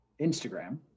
Instagram